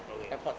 okay